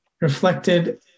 reflected